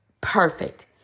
perfect